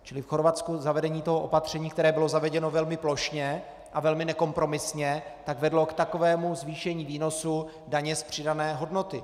Čili v Chorvatsku zavedení toho opatření, které bylo zavedeno velmi plošně a velmi nekompromisně, vedlo k takovému zvýšení výnosu daně z přidané hodnoty.